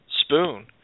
spoon